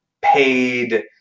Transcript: paid